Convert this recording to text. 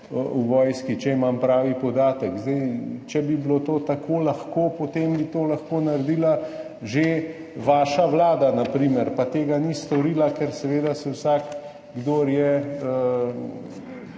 evrov, če imam pravi podatek. Če bi bilo to tako lahko, potem bi to lahko naredila že vaša vlada, na primer, pa tega ni storila, ker seveda vsak, ki je